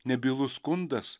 nebylus skundas